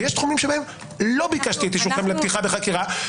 ויש תחומים שבהם לא ביקשתי את אישורכם לפתיחה בחקירה,